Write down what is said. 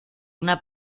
una